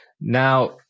now